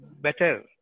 better